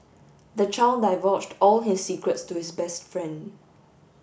the child divulged all his secrets to his best friend